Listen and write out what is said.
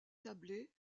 sablé